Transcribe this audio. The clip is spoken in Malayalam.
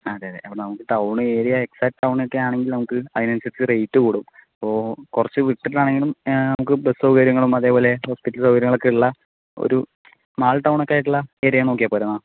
അതെയതെ അപ്പോൾ നമുക്ക് ടൗൺ ഏരിയ എക്സ്ആക്ട് ടൗണൊക്കെയാണെങ്കിൽ നമുക്ക് അതിനനുസരിച്ചു റേറ്റ് കൂടും അപ്പോൾ കുറച്ച് വിട്ടിട്ടാണെങ്കിലും നമുക്ക് ബസ് സൗകര്യങ്ങളും അതുപോലെ ഹോസ്പിറ്റൽ സൗകര്യങ്ങളൊക്കെ ഉള്ള ഒരു സ്മാൾ ടൗണോക്കെയായിട്ടുള്ള ഏരിയ നോക്കിയാൽ പോരെ എന്നാൽ